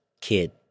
kid